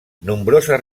nombroses